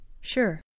Sure